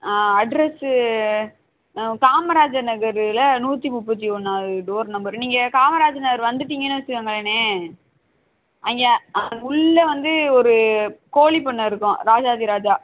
address Kamarajar நகரில் நூற்றி முப்பத்தி ஒன்றாவது டோர் நம்பரு நீங்கள் காமராஜர் நகர் வந்துட்டீங்கன்னு வச்சுக்கோங்களேண்ணே அங்கே ஆ உள்ளே வந்து ஒரு கோழிப்பண்ணை இருக்கும் ராஜாதிராஜா